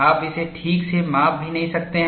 आप इसे ठीक से माप भी नहीं सकते हैं